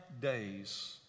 days